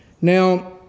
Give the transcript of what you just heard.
Now